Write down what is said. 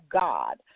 God